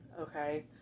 okay